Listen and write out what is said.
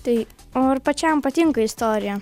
tai o ar pačiam patinka istorija